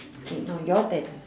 okay now your turn